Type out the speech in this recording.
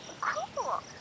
Cool